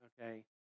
okay